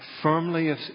firmly